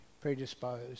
predisposed